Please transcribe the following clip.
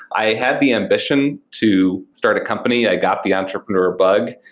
i had the ambition to start a company. i got the entrepreneur bug,